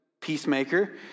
Peacemaker